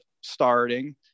starting